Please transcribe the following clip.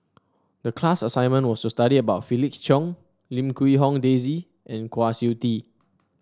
the class assignment was to study about Felix Cheong Lim Quee Hong Daisy and Kwa Siew Tee